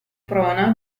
prona